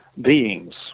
beings